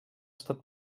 estat